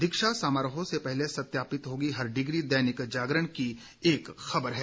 दीक्षा समारोह से पहले सत्यापित होगी हर डिग्री दैनिक जागरण की एक खबर है